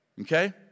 Okay